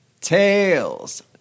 Tails